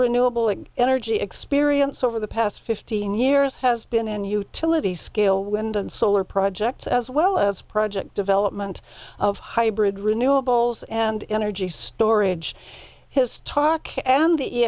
renewable energy experience over the past fifteen years has been an utility scale wind and solar projects as well as project development of hybrid renewables and energy storage his talk and the